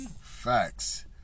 Facts